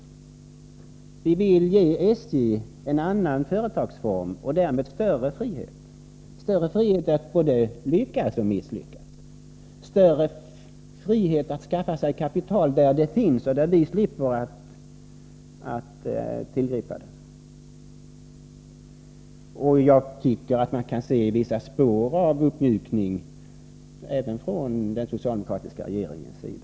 Vi vill ge SJ en annan företagsform och därmed större frihet att både lyckas och misslyckas, större frihet att skaffa sig kapital där det finns — och där vi slipper tillgripa åtgärder. Jag tycker att man kan se vissa spår av uppmjukning även från den socialdemokratiska regeringens sida.